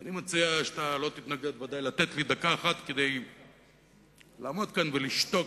אני מציע שאתה לא תתנגד ודאי לתת לי דקה אחת כדי לעמוד כאן ולשתוק,